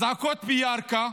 אזעקות בירכא,